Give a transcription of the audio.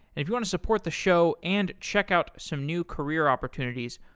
if you want to support the show and check out some new career opportunities,